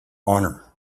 honor